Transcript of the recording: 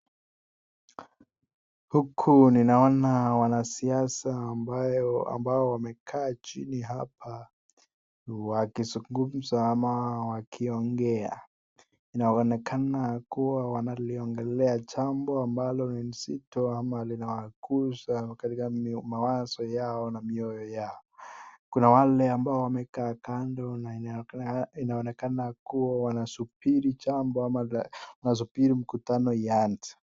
Huku ninaona wanasiasa ambao wamekaa chini hapa wakizungumza ama wakiongea. Inaonekana kuwa wanaliongolea jambo ambalo ni nzito ama linawagusa katika mawazo yao na mioyo yao. Kuna wale ambao wamekaa kando na inaonekana kuwa wanasubiri jambo ama wanasubiri mkutano ianze.